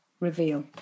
reveal